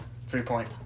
three-point